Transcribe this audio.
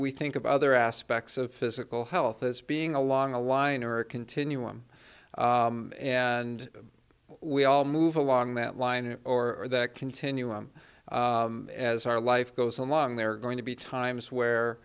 we think of other aspects of physical health as being along a line or a continuum and we all move along that line or that continuum as our life goes along there are going to be times where